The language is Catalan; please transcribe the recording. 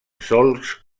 solcs